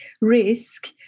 risk